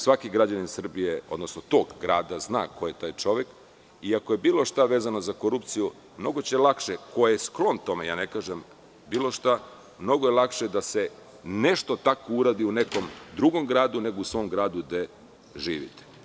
Svaki građanin Srbije, odnosno tog grada, zna ko je taj čovek i ako je bilo šta vezano za korupciju mnogo će lakše, ko je sklon tome, ja ne kažem bilo šta, mnogo je lakše da se nešto tako uradi u drugom gradu, nego u svom gradu gde živite.